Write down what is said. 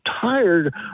tired